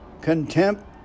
contempt